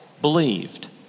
believed